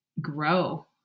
grow